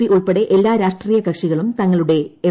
P ഉൾപ്പെടെ എല്ലാ രാഷ്ട്രീയ കക്ഷികളും തങ്ങളുടെ എം